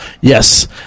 Yes